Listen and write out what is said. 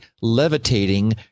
levitating